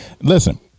Listen